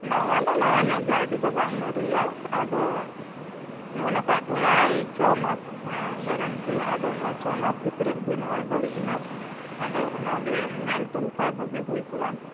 ᱱᱟᱣᱟ ᱫᱚ ᱱᱟᱣᱟ ᱧᱚᱜ ᱜᱮᱭᱟ ᱟᱹᱰᱤ ᱫᱚ ᱵᱟᱝ ᱢᱟᱨᱮᱭᱟ ᱟᱫᱚ ᱢᱮᱱ ᱠᱟᱜ ᱛᱟᱦᱮᱸ ᱟᱭ ᱪᱷᱚ ᱢᱟᱥ ᱦᱮᱸ ᱜᱮᱨᱮᱱᱴᱤ ᱟᱫᱚ ᱱᱚᱜ ᱚᱭ ᱪᱷᱚ ᱢᱟᱥ ᱵᱷᱤᱛᱨᱤ ᱛᱮᱜᱮ ᱱᱚᱜ ᱚᱭ ᱵᱟᱲᱤᱡ ᱮᱱᱟ ᱟᱫᱚ ᱚᱱᱟ ᱜᱮ ᱧᱮᱞ ᱴᱚ ᱠᱟᱜ ᱠᱷᱟᱡ ᱵᱷᱟᱜᱤ ᱦᱩᱭ ᱠᱚᱜᱼᱟ